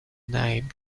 name